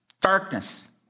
Darkness